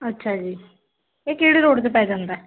ਅੱਛਾ ਜੀ ਇਹ ਕਿਹੜੀ ਰੋਡ 'ਤੇ ਪੈ ਜਾਂਦਾ